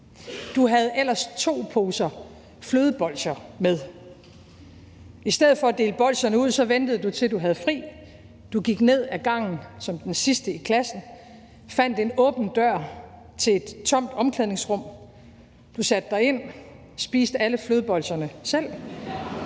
Du havde ellers to poser flødebolsjer med. I stedet for at dele bolsjerne ud ventede du, til du havde fri; du gik ned ad gangen som den sidste i klassen, fandt en åben dør til et tomt omklædningsrum; du satte dig ind og spiste alle flødebolsjerne selv.